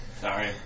Sorry